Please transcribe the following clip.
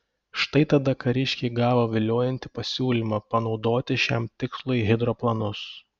štai tada kariškiai gavo viliojantį pasiūlymą panaudoti šiam tikslui hidroplanus